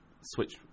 switch